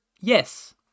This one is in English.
yes